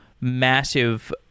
massive